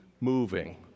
moving